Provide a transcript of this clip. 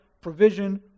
provision